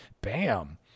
Bam